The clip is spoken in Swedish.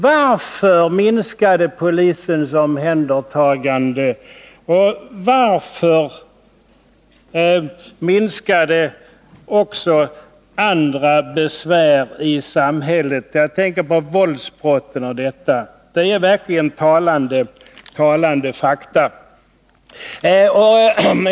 Varför minskade polisens omhändertagande av berusade, och varför minskade också andra besvär i samhället? Jag tänker på våldsbrott bl.a. Det är verkligen talande fakta.